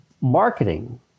marketing